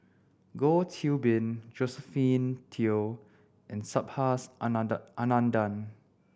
Goh Qiu Bin Josephine Teo and Subhas Anandan Anandan